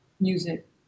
music